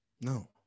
No